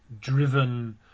driven